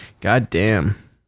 Goddamn